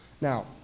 Now